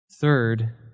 Third